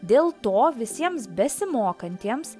dėl to visiems besimokantiems